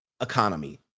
economy